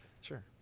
Sure